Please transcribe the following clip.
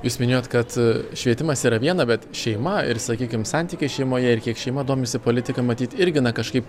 jūs minėjot kad švietimas yra viena bet šeima ir sakykim santykiai šeimoje ir kiek šeima domisi politika matyt irgi na kažkaip